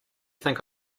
think